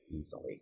easily